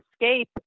escape